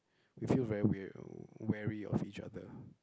we feel very weird wary of each other